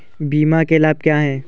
बीमा के लाभ क्या हैं?